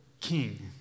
king